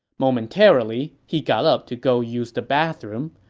momentarily, he got up to go use the bathroom,